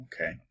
Okay